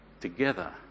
together